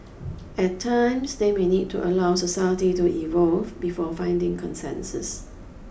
at times they may need to allow society to evolve before finding consensus